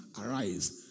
arise